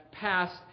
passed